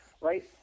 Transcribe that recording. Right